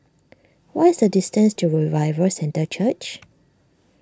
what is the distance to Revival Centre Church